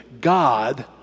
God